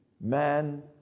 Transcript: man